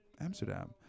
Amsterdam